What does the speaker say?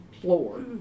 floor